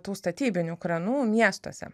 tų statybinių kranų miestuose